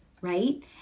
right